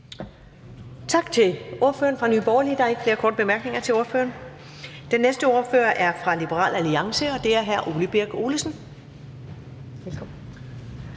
Tak til ordføreren fra Nye Borgerlige. Der er ikke flere korte bemærkninger til ordføreren. Den næste ordfører er fra Liberal Alliance, og det er hr. Ole Birk Olesen. Velkommen.